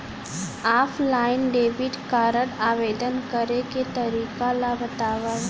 Offline debit card आवेदन करे के तरीका ल बतावव?